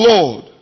Lord